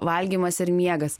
valgymas ir miegas